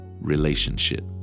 relationship